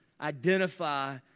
identify